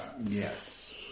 Yes